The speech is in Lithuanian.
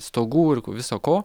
stogų ir viso ko